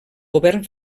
govern